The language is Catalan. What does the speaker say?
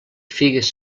figues